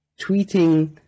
tweeting